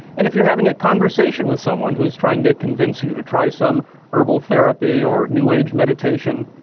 and if you're having a conversation with someone who's trying to convince you to try some herbal therapy or new age meditation,